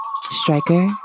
Striker